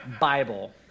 Bible